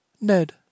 Ned